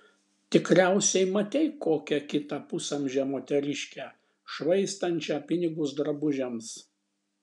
tikriausiai matei kokią kitą pusamžę moteriškę švaistančią pinigus drabužiams